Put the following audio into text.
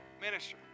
Minister